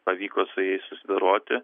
pavyko su jais susidoroti